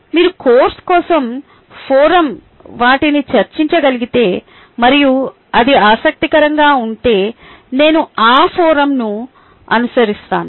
మీరు కోర్సు కోసం ఫోరమ్లో వాటిని చర్చించగలిగితే మరియు అది ఆసక్తికరంగా ఉంటే నేను ఆ ఫోరమ్ను అనుసరిస్తాను